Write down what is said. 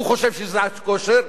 הוא חושב שזו שעת כושר,